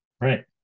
Right